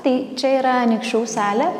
tai čia yra anykščių salė